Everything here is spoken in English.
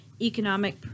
economic